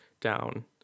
down